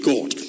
God